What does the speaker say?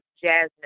Jasmine